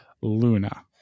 Luna